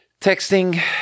texting